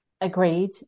Agreed